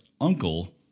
Uncle